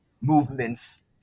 movements